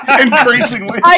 increasingly